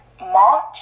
March